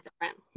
different